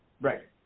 Right